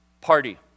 party